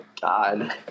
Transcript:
god